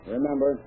Remember